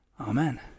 Amen